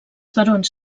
barons